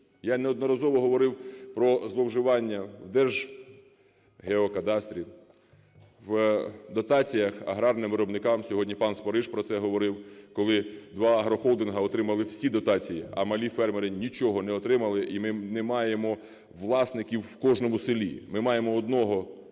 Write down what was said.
я неодноразово говорив про зловживання держгеокадастрів, в дотаціях аграрним виробникам. Сьогодні пан Спориш про це говорив, коли два агрохолдинги отримали всі дотації, а малі фермери нічого не отримали. І ми не маємо власників в кожному селі. Ми маємо одного-двох